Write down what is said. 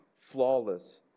flawless